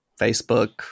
Facebook